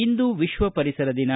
ಇಂದು ವಿಶ್ವ ಪರಿಸರ ದಿನ